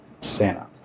Santa